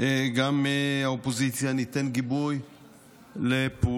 גם האופוזיציה, ניתן גיבוי לפעולה